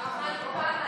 אנחנו הכנו כמה להיום.